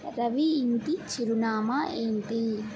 రవి ఇంటి చిరునామా ఏంటి